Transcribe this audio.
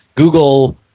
Google